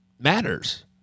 matters